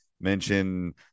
mention